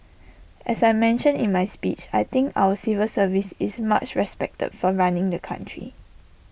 as I mentioned in my speech I think our civil service is much respected for running the country